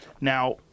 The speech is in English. now